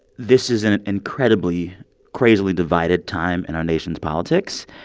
this is an incredibly crazily divided time in our nation's politics.